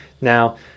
Now